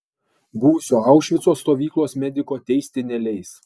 buvusio aušvico stovyklos mediko teisti neleis